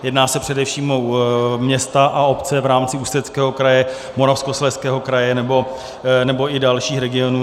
Jedná se především o města a obce v rámci Ústeckého kraje, Moravskoslezského kraje nebo i dalších regionů.